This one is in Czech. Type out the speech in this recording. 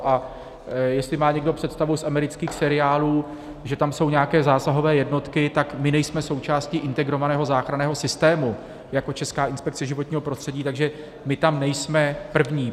A jestli má někdo představu z amerických seriálů, že tam jsou nějaké zásahové jednotky, tak my nejsme součástí integrovaného záchranného systému jako Česká inspekce životního prostředí, takže my tam nejsme první.